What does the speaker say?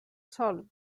sol